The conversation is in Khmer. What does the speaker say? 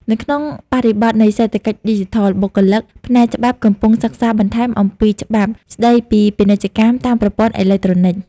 នៅក្នុងបរិបទនៃសេដ្ឋកិច្ចឌីជីថល បុគ្គលិកផ្នែកច្បាប់កំពុងសិក្សាបន្ថែមអំពីច្បាប់ស្តីពីពាណិជ្ជកម្មតាមប្រព័ន្ធអេឡិចត្រូនិក។